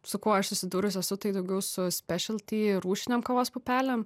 su kuo aš susidūrus esu tai daugiau su spešil ty rūšinėm kavos pupelėm